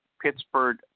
Pittsburgh